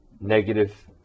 negative